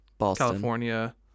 california